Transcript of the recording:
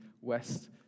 West